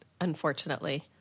unfortunately